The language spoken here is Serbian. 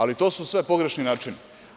Ali to su sve pogrešni načini.